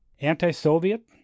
Anti-Soviet